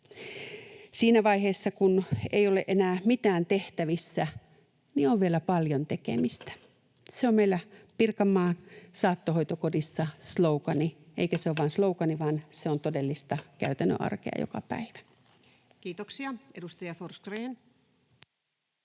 Siinä vaiheessa, kun ei ole enää mitään tehtävissä, niin on vielä paljon tekemistä. Se on meillä Pirkanmaan saattohoitokodissa slogan, eikä se ole vain slogan, vaan se on todellista käytännön arkea joka päivä. Kiitoksia. — Edustaja Forsgrén.